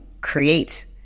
create